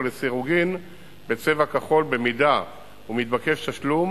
ולסירוגין בצבע כחול במידה שמתבקש תשלום